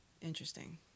interesting